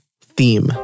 theme